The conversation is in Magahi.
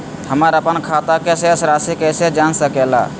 हमर अपन खाता के शेष रासि कैसे जान सके ला?